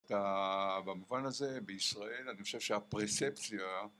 במובן הזה בישראל אני חושב שהפרספציה